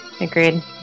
Agreed